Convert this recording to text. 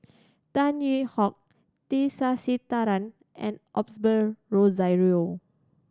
Tan Hwee Hock T Sasitharan and Osbert Rozario